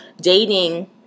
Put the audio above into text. dating